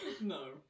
No